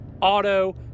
auto